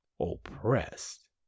oppressed